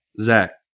Zach